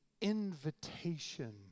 invitation